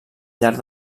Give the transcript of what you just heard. llarg